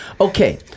okay